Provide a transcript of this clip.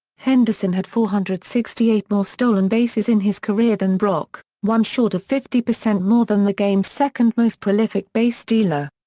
henderson had four hundred and sixty eight more stolen bases in his career than brock, one short of fifty percent more than the game's second-most prolific basestealer.